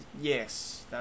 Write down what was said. yes